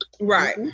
Right